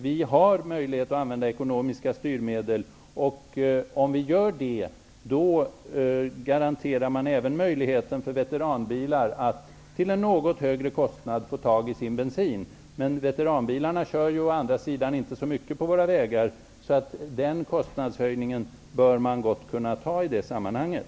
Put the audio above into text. Vi har möjlighet att använda ekonomiska styrmedel. Om vi gör det garanterar vi även möjligheten för veteranbilar att till en något högre kostnad få tag i sin bensin. Veteranbilarna kör ju å andra sidan inte så mycket på våra vägar. Den kostnadshöjningen bör man gott kunna ta i det sammanhanget.